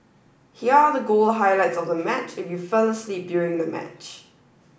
here are the goal highlights of the match if you fell asleep during the match